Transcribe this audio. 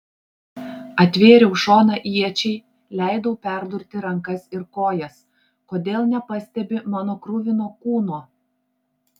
atvėriau šoną iečiai leidau perdurti rankas ir kojas kodėl nepastebi mano kruvino kūno